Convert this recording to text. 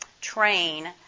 train